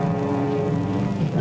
and